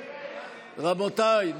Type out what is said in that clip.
רבותיי,